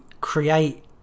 create